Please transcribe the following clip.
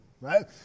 right